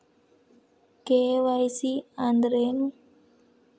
KYC ಅಂದ್ರೇನು?